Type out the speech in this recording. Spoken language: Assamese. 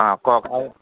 অঁ কওক